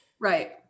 right